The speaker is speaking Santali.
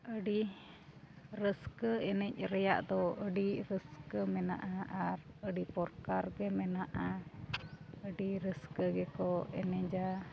ᱟᱹᱰᱤ ᱨᱟᱹᱥᱠᱟᱹ ᱮᱱᱮᱡ ᱨᱮᱭᱟᱜ ᱫᱚ ᱟᱹᱰᱤ ᱨᱟᱹᱥᱠᱟᱹ ᱢᱮᱱᱟᱜᱼᱟ ᱟᱨ ᱟᱹᱰᱤ ᱯᱨᱚᱠᱟᱨ ᱜᱮ ᱢᱮᱱᱟᱜᱼᱟ ᱟᱹᱰᱤ ᱨᱟᱹᱥᱠᱟᱹ ᱜᱮᱠᱚ ᱮᱱᱮᱡᱼᱟ